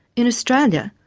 in australia,